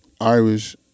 Irish